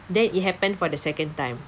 then it happened for the second time